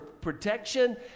protection